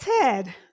Ted